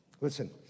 Listen